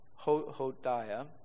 Hodiah